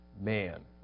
man